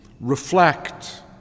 Reflect